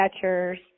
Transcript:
catchers